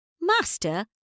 Master